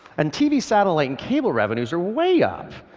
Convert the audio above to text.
and tv, satellite and cable revenues are way up.